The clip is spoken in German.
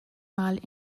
mal